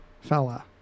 fella